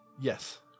Yes